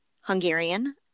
Hungarian